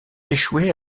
échoué